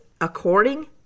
according